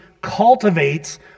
cultivates